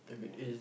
ya